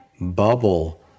bubble